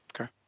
Okay